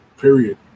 period